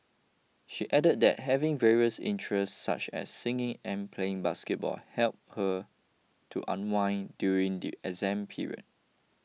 she added that having various interests such as singing and playing basketball help her to unwind during the exam period